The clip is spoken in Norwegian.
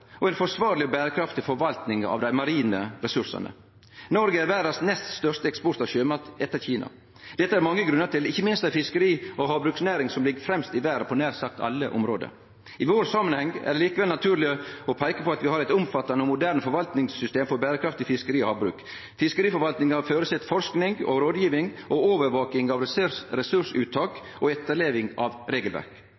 og havområda i Noreg og ei forsvarleg og berekraftig forvalting av dei marine resursane. Noreg er verdas nest største eksportør av sjømat etter Kina. Dette er det mange grunnar til, ikkje minst ei fiskeri- og havbruksnæring som ligg fremst i verda på nær sagt alle område. I vår samanheng er det likevel naturleg å peike på at vi har eit omfattande og moderne forvaltingssystem for berekraftig fiskeri og havbruk. Fiskeriforvalting føreset forsking, rådgjeving, overvaking av resursuttak og etterleving av